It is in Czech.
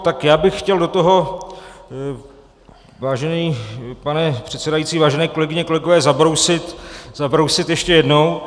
Tak já bych chtěl do toho, vážený pane předsedající, vážené kolegyně a kolegové, zabrousit ještě jednou.